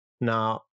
Now